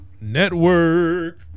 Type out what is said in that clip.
network